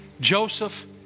Joseph